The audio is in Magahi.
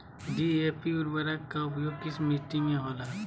डी.ए.पी उर्वरक का प्रयोग किस मिट्टी में होला?